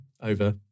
Over